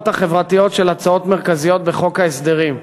החברתיות של הצעות מרכזיות בחוק ההסדרים.